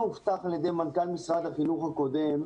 הובטח על ידי מנכ"ל משרד החינוך הקודם,